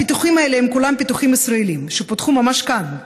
הפיתוחים האלה הם כולם פיתוחים ישראליים שפותחו ממש כאן,